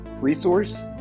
resource